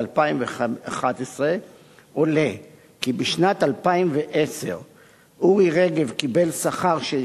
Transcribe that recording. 2011 עולה כי בשנת 2010 קיבל אורי רגב שכר של